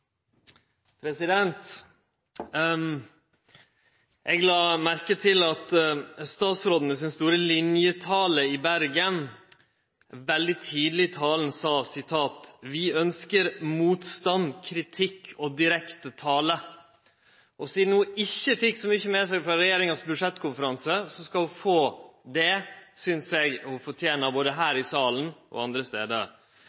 feltet. Eg la merke til at statsråden i sin «store linjer»-tale i Bergen veldig tidleg i talen sa «Vi ønsker motstand, kritikk og direkte tale.» Sidan ho ikkje fekk så mykje med seg frå budsjettkonferansen til regjeringa, skal ho få det. Det synest eg ho fortener, både